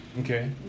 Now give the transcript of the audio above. Okay